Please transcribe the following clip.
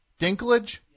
Dinklage